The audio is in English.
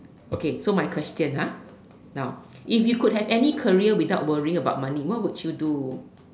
okay so my question ah now if you could have any career without worrying about money what would you do